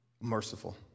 Merciful